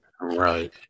Right